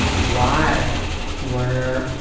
why were,